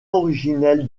originel